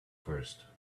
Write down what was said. first